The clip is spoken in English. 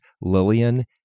Lillian